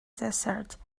desert